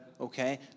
Okay